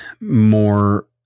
more